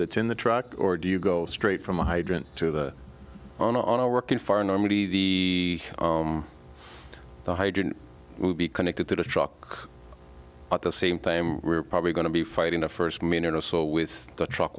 that's in the truck or do you go straight from hydrant to the on on a working farm normally the hydrant would be connected to the truck at the same we're probably going to be fighting the first minute or so with the truck